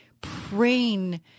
praying